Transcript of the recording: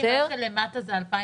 למטה זה 2019?